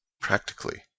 practically